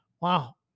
wow